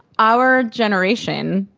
our generation,